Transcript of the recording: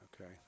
Okay